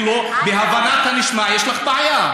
בהבנת הנשמע יש לך בעיה.